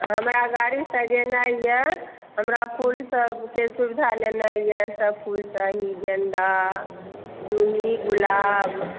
हमरा गाड़ी सजेनाइ यऽ हमरा फूल सबके सुविधा लेनाइ यऽ सब फूल चाही गेन्दा जूही गुलाब